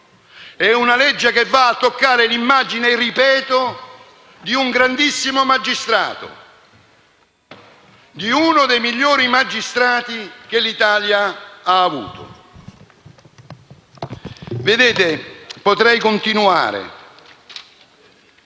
come legge Canzio, va a toccare l'immagine di un grandissimo magistrato, uno dei migliori magistrati che l'Italia ha avuto. Vedete, potrei continuare,